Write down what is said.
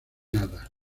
nada